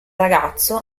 ragazzo